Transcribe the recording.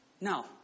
Now